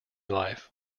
life